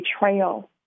betrayal